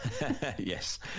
Yes